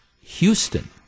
Houston